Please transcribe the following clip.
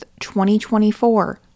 2024